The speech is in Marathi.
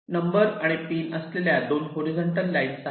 नंबर आणि पिन असलेल्या 2 हॉरीझॉन्टल लाईन आहे